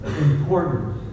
important